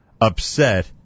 upset